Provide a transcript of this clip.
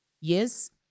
yes